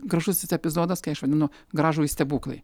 gražusis epizodas kai aš vadinu gražųjį stebuklai